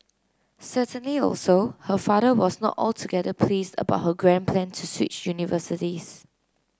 certainly also her father was not altogether pleased about her grand plan to switch universities